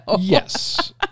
Yes